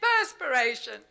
perspiration